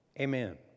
Amen